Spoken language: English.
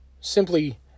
simply